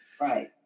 Right